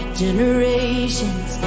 generations